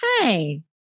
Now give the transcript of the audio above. Hey